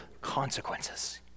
consequences